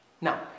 Now